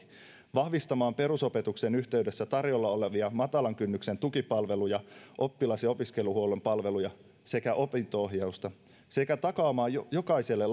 vahvistamaan perusopetuksen yhteydessä tarjolla olevia matalan kynnyksen tukipalveluja oppilas ja opiskeluhuollon palveluja sekä opinto ohjausta sekä takaamaan jokaiselle